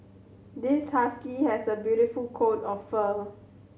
this husky has a beautiful coat of fur